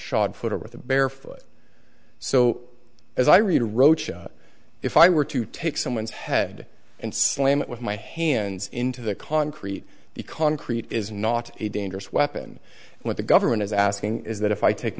shod foot or with a bare foot so as i read a roach if i were to take someone's head and slam it with my hands into the concrete the concrete is not a dangerous weapon what the government is asking is that if i take